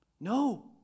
No